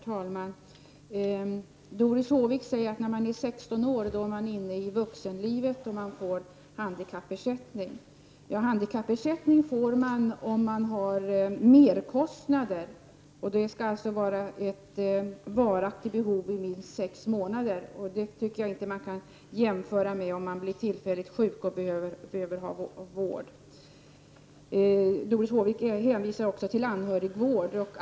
Herr talman! Doris Håvik säger att de handikappade är inne i vuxenlivet när de är 16 år och får handikappersättning. Handikappersättning får man om man har merkostnader, och det skall finnas ett varaktigt behov under minst sex månader. Det tycker jag inte man kan jämföra med om man blir tillfälligt sjuk och behöver få vård. Doris Håvik hänvisade också till anhörigvård.